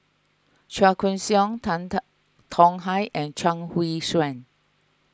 Chua Koon Siong Tan Tong Hye and Chuang Hui Tsuan